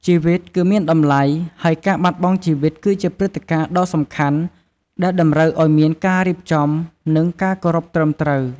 ជីវិតគឺមានតម្លៃ ហើយការបាត់បង់ជីវិតគឺជាព្រឹត្តិការណ៍ដ៏សំខាន់ដែលតម្រូវឱ្យមានការរៀបចំ និងការគោរពត្រឹមត្រូវ។